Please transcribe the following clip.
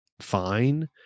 fine